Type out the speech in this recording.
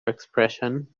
expression